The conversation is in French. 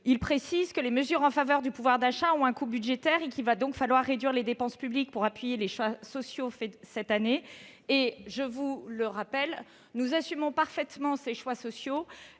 a précisé que les mesures en faveur du pouvoir d'achat ont un coût budgétaire. Il va donc falloir réduire les dépenses publiques pour appuyer les choix sociaux faits cette année. Je vous rappelle que nous assumons parfaitement ces choix sociaux